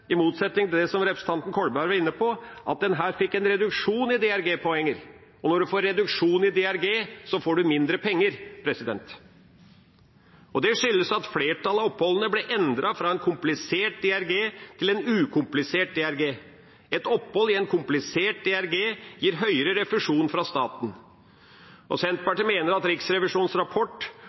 i motsetning til det som representanten Kolberg var inne på, at en her fikk en reduksjon i DRG-poeng. Og når man får reduksjon i DRG, får man mindre penger. Det skyldes at flertallet av oppholdene ble endret fra en komplisert DRG til en ukomplisert DRG. Et opphold i en komplisert DRG gir større refusjon fra staten. Senterpartiet mener at Riksrevisjonens rapport